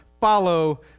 follow